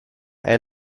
est